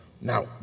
now